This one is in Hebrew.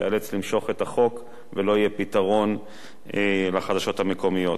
שאיאלץ למשוך את החוק ולא יהיה פתרון לחדשות המקומיות.